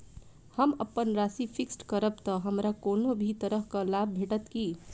हम अप्पन राशि फिक्स्ड करब तऽ हमरा कोनो भी तरहक लाभ भेटत की?